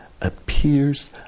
appears